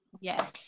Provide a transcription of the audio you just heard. Yes